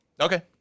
Okay